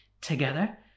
together